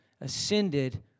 ascended